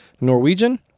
Norwegian